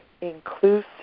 inclusive